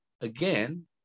again